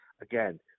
again